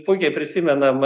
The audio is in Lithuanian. puikiai prisimenam